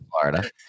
Florida